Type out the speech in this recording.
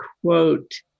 quote